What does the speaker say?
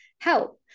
help